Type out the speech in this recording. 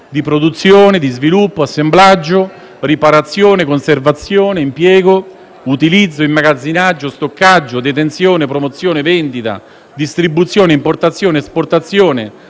produzione, sviluppo, assemblaggio, riparazione, conservazione, impiego, utilizzo, immagazzinaggio, stoccaggio, detenzione, promozione, vendita, distribuzione, importazione, esportazione,